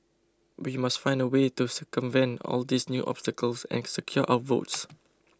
we must find a way to circumvent all these new obstacles and secure our votes